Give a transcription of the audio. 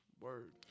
Word